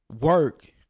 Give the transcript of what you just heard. work